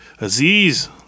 Aziz